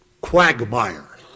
quagmire